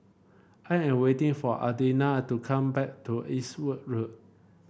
I am waiting for Adina to come back to Eastwood Road